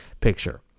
picture